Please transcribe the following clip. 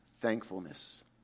thankfulness